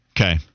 okay